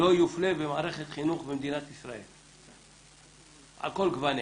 לא יופלה במערכת חינוך במדינת ישראל על כל גווניה,